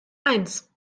eins